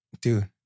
Dude